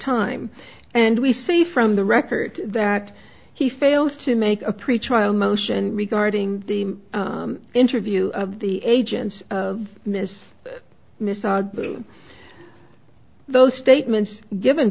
time and we see from the record that he failed to make a pretrial motion regarding the interview of the agents of miss miss our those statements given